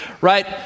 right